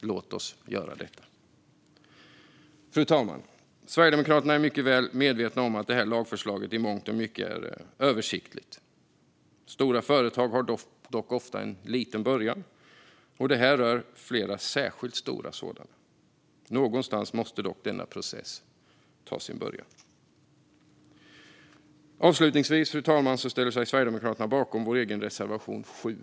Låt oss göra det då! Fru talman! Sverigedemokraterna är mycket väl medvetna om att lagförslaget i mångt och mycket är översiktligt. Stora företag har ofta en liten början, och det här rör flera särskilt stora sådana. Någonstans måste dock denna process ta sin början. Avslutningsvis ställer jag mig bakom Sverigedemokraternas reservation 7